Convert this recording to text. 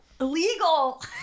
Illegal